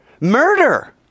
Murder